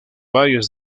valles